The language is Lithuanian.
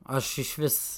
aš išvis